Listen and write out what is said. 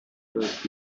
must